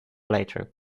later